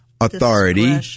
authority